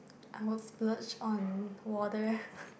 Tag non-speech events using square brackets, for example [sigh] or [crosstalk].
I would splurge on water [laughs]